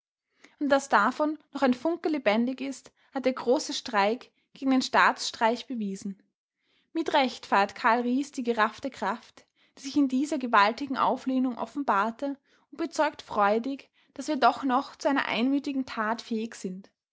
und daß davon noch ein funke lebendig ist hat der große streik gegen den staatsstreich bewiesen mit recht feiert carl riess die geraffte kraft die sich in dieser gewaltigen auflehnung offenbarte und bezeugt freudig daß wir doch noch zu einer einmütigen tat fähig sind